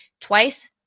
twice